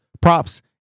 props